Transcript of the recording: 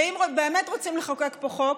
אם באמת רוצים לחוקק פה חוק,